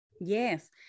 Yes